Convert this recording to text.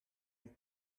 een